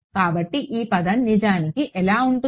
కాబట్టి ఈ పదం నిజానికి ఎలా ఉంటుంది